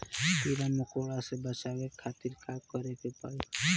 कीड़ा मकोड़ा से बचावे खातिर का करे के पड़ी?